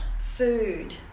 food